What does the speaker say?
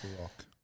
Rock